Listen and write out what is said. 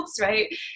Right